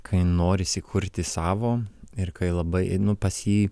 kai norisi kurti savo ir kai labai einu pas jį